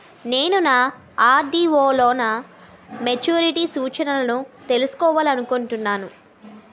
నేను నా ఆర్.డి లో నా మెచ్యూరిటీ సూచనలను తెలుసుకోవాలనుకుంటున్నాను